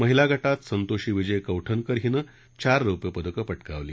महिला गटात संतोषी विजय कौठनकर हिनं चार रौप्य पदकं पटकावली